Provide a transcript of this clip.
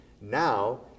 Now